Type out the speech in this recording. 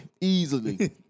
easily